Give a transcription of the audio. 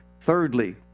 thirdly